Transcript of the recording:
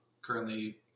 currently